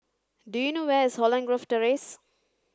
do you know where is Holland Grove Terrace